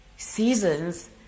Seasons